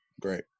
great